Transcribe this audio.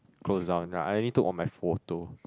close up I need to on my photo